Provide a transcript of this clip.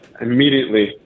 immediately